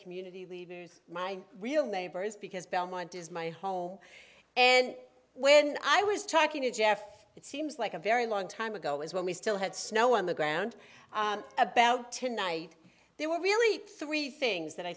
community leave my real neighbors because belmont is my home and when i was talking to jeff it seems like a very long time ago is when we still had snow on the ground about tonight there were really three things that i